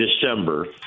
December